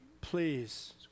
please